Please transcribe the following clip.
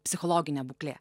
psichologinė būklė